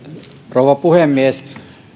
rouva puhemies